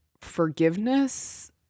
forgiveness